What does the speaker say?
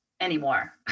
anymore